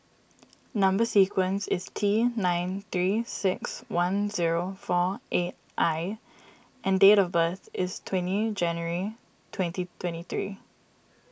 Number Sequence is T nine three six one zero four eight I and date of birth is twenty January twenty twenty three